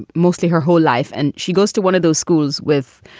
mostly her whole life. and she goes to one of those schools with.